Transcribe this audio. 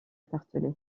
tartelett